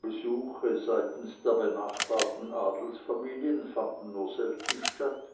besuche seitens der benachbarten adelsfamilien fanden nur selten statt